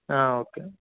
okay